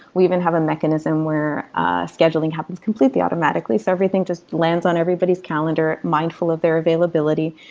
we even have a mechanism where scheduling happens completely automatically so everything just lands on everybody's calendar, mindful of their availability.